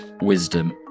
wisdom